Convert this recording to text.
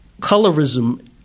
colorism